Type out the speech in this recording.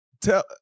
tell